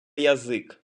язик